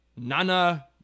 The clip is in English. Nana